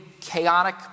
chaotic